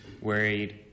worried